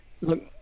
Look